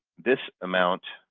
this amount,